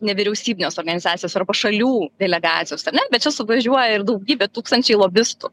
nevyriausybinės organizacijos arba šalių delegacijos ar ne bet čia suvažiuoja ir daugybė tūkstančiai lobistų